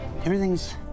Everything's